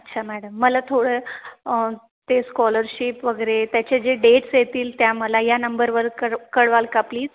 अच्छा मॅडम मला थोडं ते स्कॉलरशिप वगैरे त्याचे जे डेट्स येतील त्या मला या नंबरवर कळ कळवाल का प्लीज